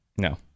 No